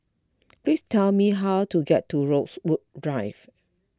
please tell me how to get to Rosewood Drive